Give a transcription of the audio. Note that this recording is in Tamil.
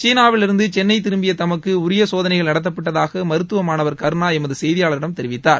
சீனாவிலிருந்து சென்னை திரும்பிய தமக்கு உரிய சோதனைகள் நடத்தப்பட்டதாக மருத்துவ மாணவர் கர்ணா எமது செய்தியாளரிடம் தெரிவித்தார்